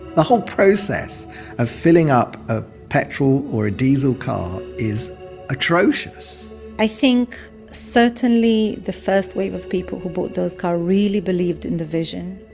the whole process of filling up a petrol or a diesel car is atrocious i think, certainly, the first wave of people who bought those car really believed in the vision.